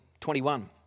21